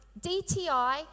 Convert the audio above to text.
DTI